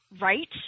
right